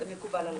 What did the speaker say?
זה מקובל עליו.